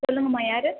சொல்லுங்கம்மா யார்